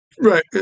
Right